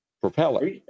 propeller